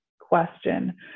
question